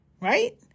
right